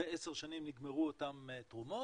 אחרי עשר שנים נגמרו אותן תרומות,